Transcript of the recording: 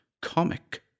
comic